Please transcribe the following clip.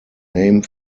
name